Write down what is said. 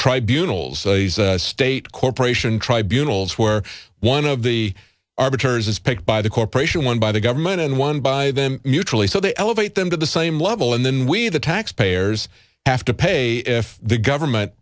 tribunals state corporation tribunals where one of the arbiters is picked by the corporation one by the government and one by them mutually so they elevate them to the same level and then we the taxpayers have to pay if the government